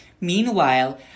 Meanwhile